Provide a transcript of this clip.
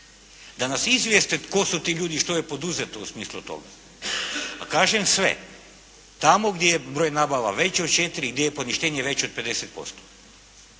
da nas izvijeste tko su ti ljudi i što je poduzeto u smislu toga, a kažem sve tamo gdje je broj nabava veći od četiri, gdje je poništenje veće od 50%.